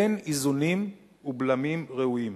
אין איזונים ובלמים ראויים.